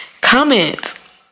comment